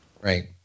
Right